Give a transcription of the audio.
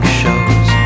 shows